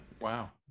Wow